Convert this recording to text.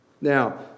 Now